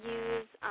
use